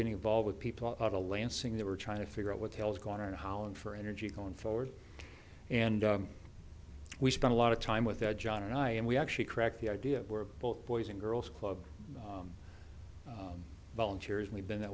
getting involved with people to lansing that were trying to figure out what the hell's going on in holland for energy going forward and we spent a lot of time with that john and i and we actually cracked the idea of where both boys and girls club volunteers and we've been that